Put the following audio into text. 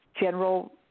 general